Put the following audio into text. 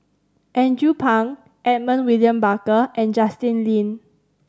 Andrew Phang Edmund William Barker and Justin Lean